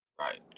Right